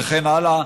וכן הלאה.